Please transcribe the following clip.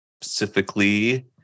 Specifically